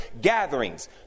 gatherings